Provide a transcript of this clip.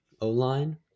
O-line